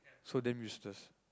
so damn useless